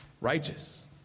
righteous